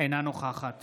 אינה נוכחת